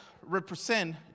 represent